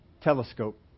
telescope